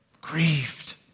Grieved